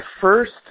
first